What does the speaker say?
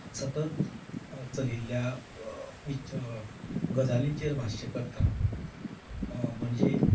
सतत चलिल्ल्या गजालींचेर भाश्य करता म्हणजे